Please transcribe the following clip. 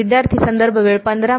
विद्यार्थीः